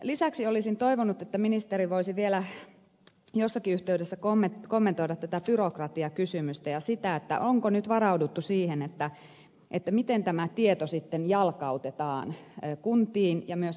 lisäksi olisin toivonut että ministeri voisi vielä jossakin yhteydessä kommentoida tätä byrokratiakysymystä ja sitä onko nyt varauduttu siihen miten tämä tieto sitten jalkautetaan kuntiin ja myöskin kansalaisille